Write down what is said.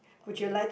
ya